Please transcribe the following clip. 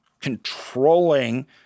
controlling